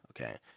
Okay